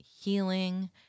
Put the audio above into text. healing